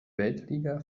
weltliga